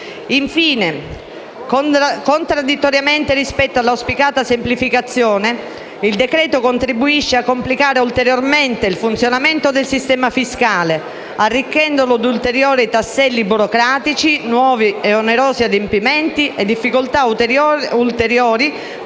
Infine, contraddittoriamente rispetto all'auspicata semplificazione, il decreto-legge contribuisce a complicare ulteriormente il funzionamento del sistema fiscale, arricchendolo di ulteriori tasselli burocratici, nuovi ed onerosi adempimenti e difficoltà ulteriori